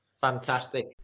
fantastic